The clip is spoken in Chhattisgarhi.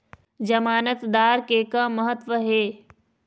जमानतदार के का महत्व हे?